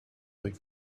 rue